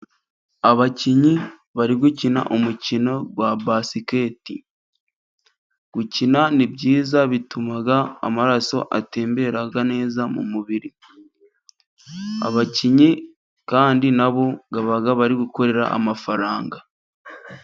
Abakinnyi bari gukina umukino wa basiketi. Gukina ni byiza bituma amaraso atembera neza mu mubiri, abakinnyi kandi na bo baba bari gukorera amafaranga.